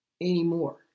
anymore